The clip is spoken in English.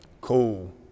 Cool